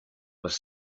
was